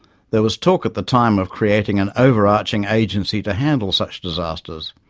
there was talk at the time of creating an overarching agency to handle such disasters.